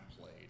played